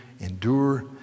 endure